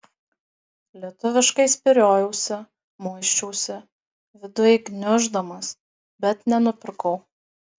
lietuviškai spyriojausi muisčiausi vidujai gniuždamas bet nenupirkau